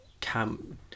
come